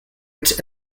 its